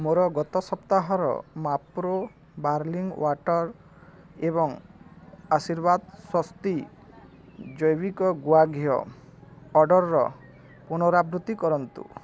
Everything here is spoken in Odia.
ମୋର ଗତ ସପ୍ତାହର ମାପ୍ରୋ ବାର୍ଲି ୱାଟର୍ ଏବଂ ଆଶୀର୍ବାଦ ସ୍ଵସ୍ତି ଜୈବିକ ଗୁଆଘିଅ ଅର୍ଡ଼ର୍ର ପୁନରାବୃତ୍ତି କରନ୍ତୁ